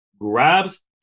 grabs